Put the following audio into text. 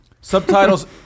Subtitles